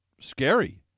scary